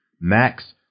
Max